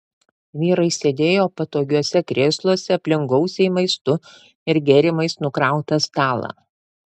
vyrai sėdėjo patogiuose krėsluose aplink gausiai maistu ir gėrimais nukrautą stalą